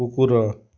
କୁକୁର